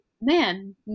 man